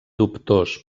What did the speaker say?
dubtós